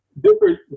different